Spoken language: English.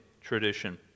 tradition